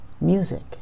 music